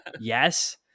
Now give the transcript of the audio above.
yes